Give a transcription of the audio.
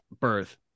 birth